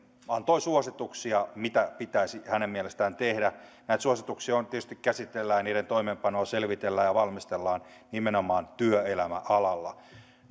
antoi suosituksia mitä pitäisi hänen mielestään tehdä näitä suosituksia tietysti käsitellään ja niiden toimeenpanoa selvitellään ja valmistellaan nimenomaan työelämäalalla